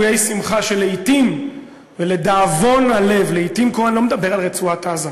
שלעתים ולדאבון הלב, אני לא מדבר על רצועת-עזה,